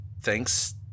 Thanks